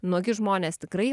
nuogi žmonės tikrai